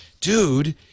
dude